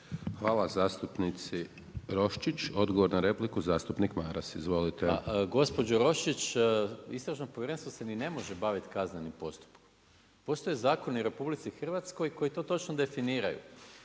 Hvala zastupnici Roščić. Odgovor na repliku zastupnik Maras. Izvolite. **Maras, Gordan (SDP)** Gospođo Roščić, istražno povjerenstvo se ni ne može baviti kaznenim postupkom. Postoje zakoni u RH koji to točno definiraju,